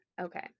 okay